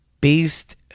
beast